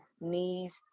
knees